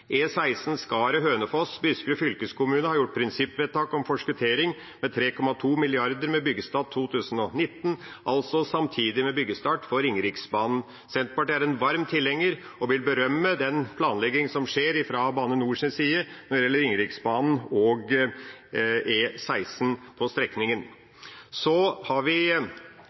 Buskerud fylkeskommune gjort prinsippvedtak om å forskuttere 3,2 mrd. kr for å gjennomføre byggestart i 2019, altså samtidig med byggestarten for Ringeriksbanen. Senterpartiet er en varm tilhenger av og vil berømme den planleggingen som skjer fra Bane NORs side, når det gjelder Ringeriksbanen og E16 på den strekningen. Så